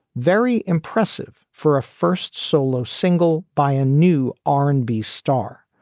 very impressive for first solo single by a new r and b star.